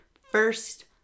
first